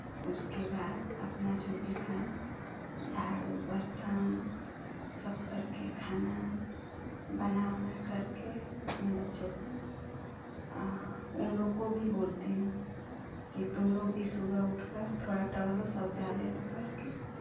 उसके बाद अपना जो भी काम झाड़ू बर्तन सब घर के खाना बना वना करके अपने बच्चों को उन लोग को भी बोलती हूँ कि तुम लोग भी सुबह उठकर थोड़ा टहलो शौचालय होकर के